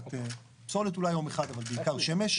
קצת פסולת אולי יום אחד אבל בעיקר שמש,